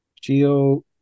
Geo